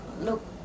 look